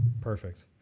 Perfect